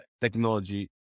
technology